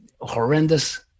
horrendous